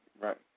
right